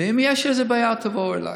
ואם יש איזו בעיה תבואו אליי.